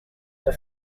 the